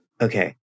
Okay